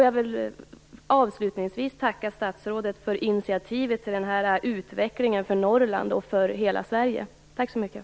Jag vill avslutningsvis tacka statsrådet för initiativet till den här utvecklingen för Norrland och för hela Sverige. Tack så mycket!